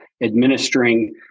administering